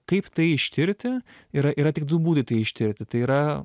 kaip tai ištirti yra yra tik du būdai tai ištirti tai yra